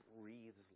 breathes